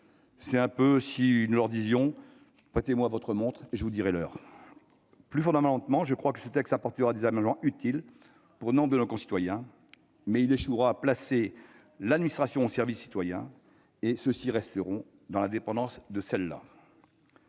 cela revient à leur dire :« Prêtez-moi votre montre et je vous dirai l'heure. » Plus fondamentalement, ce texte apportera des aménagements utiles pour nombre de nos concitoyens, mais il échouera à placer l'administration à leur service, et ceux-là resteront dans la dépendance de celle-ci.